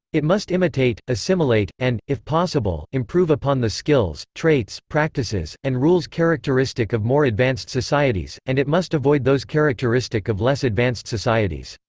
it must imitate, assimilate, and, if possible, improve upon the skills, traits, practices, and rules characteristic of more advanced societies, and it must avoid those characteristic of less advanced societies.